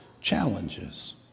challenges